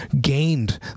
gained